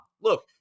Look